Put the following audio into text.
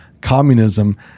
communism